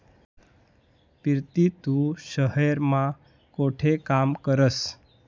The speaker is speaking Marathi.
पिरती तू शहेर मा कोठे काम करस?